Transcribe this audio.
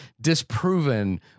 disproven